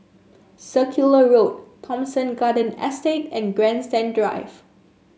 Circular Road Thomson Garden Estate and Grandstand Drive